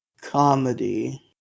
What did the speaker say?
Comedy